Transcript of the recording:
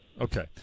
Okay